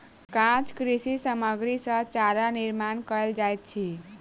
काँच कृषि सामग्री सॅ चारा निर्माण कयल जाइत अछि